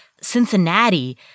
Cincinnati